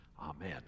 Amen